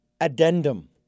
addendum